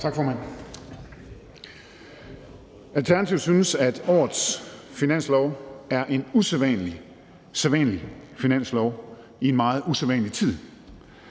Alternativet synes, at årets finanslov er en usædvanlig sædvanlig finanslov i en meget usædvanlig tid.